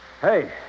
Hey